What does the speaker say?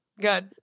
good